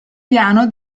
piano